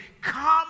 come